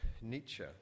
Nietzsche